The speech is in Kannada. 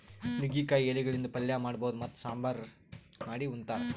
ನುಗ್ಗಿಕಾಯಿ ಎಲಿಗಳಿಂದ್ ಪಲ್ಯ ಮಾಡಬಹುದ್ ಮತ್ತ್ ಸಾಂಬಾರ್ ಬಿ ಮಾಡ್ ಉಂತಾರ್